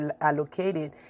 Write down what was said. allocated